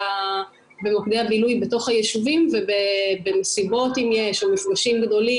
במוקדי הבילוי בתוך היישובים ובמסיבות אם יש או מפגשים גדולים